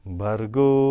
bargo